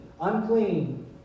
unclean